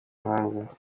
mahanga